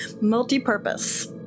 Multi-purpose